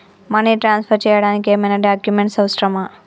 Money transfer చేయడానికి ఏమైనా documents అవసరమా?